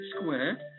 square